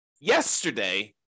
yesterday